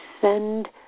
send